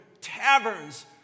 taverns